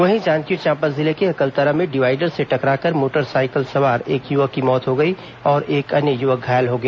वहीं जांजगीर चांपा जिले के अकलतरा में डिवाइडर से टकराकर मोटरसाइकिल सवार एक युवक की मौत हो गई और एक अन्य युवक घायल हो गया